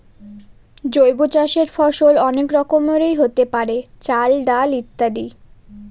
জৈব চাষের ফসল অনেক রকমেরই হতে পারে, চাল, ডাল ইত্যাদি